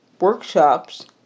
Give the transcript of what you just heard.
workshops